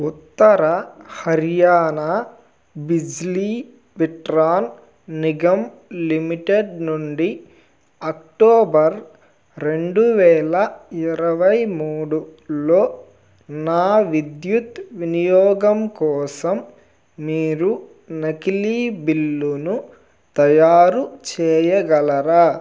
ఉత్తర Haryana Bijli Vitran Nigam limited నుండి October రెండువేల ఇరవై మూడులో నా విద్యుత్ వినియోగం కోసం మీరు నకిలీ బిల్లును తయారు చేయగలరా